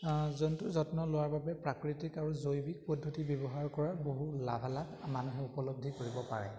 জন্তুৰ যত্ন লোৱাৰ বাবে প্ৰাকৃতিক আৰু জৈৱিক পদ্ধতি ব্যৱহাৰ কৰাৰ বহু লাভালাভ মানুহে উপলব্ধি কৰিব পাৰে